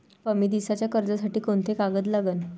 कमी दिसाच्या कर्जासाठी कोंते कागद लागन?